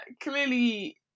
clearly